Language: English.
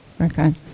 Okay